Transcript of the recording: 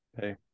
Hey